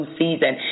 season